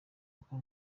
uko